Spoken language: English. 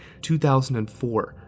2004